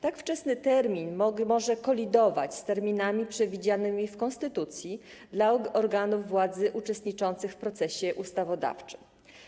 Tak wczesny termin może kolidować z terminami przewidzianymi w konstytucji dla organów władzy uczestniczących w procesie ustawodawczym.